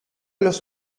los